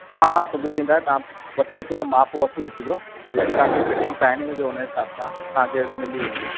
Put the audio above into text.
हा हा सिबी ॾींदासीं तव्हां वठी अचजो त माप वठी अचजो जेकी तव्हांखे फिटींग पाइणी हुजे हुन जे हिसाब सां तव्हांखे मिली वेंदियूं